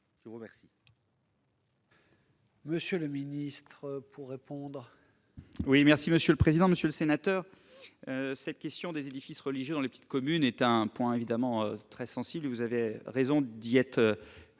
Je vous remercie,